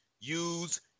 use